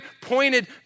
pointed